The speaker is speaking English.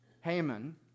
Haman